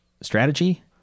Strategy